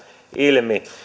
ilmi